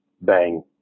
Bang